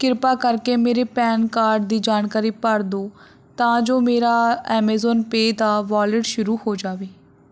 ਕਿਰਪਾ ਕਰਕੇ ਮੇਰੇ ਪੈਨ ਕਾਰਡ ਦੀ ਜਾਣਕਾਰੀ ਭਰ ਦੋ ਤਾਂ ਜੋ ਮੇਰਾ ਐਮੇਜ਼ੋਨ ਪੇ ਦਾ ਵੋਲਿਟ ਸ਼ੁਰੂ ਹੋ ਜਾਵੇ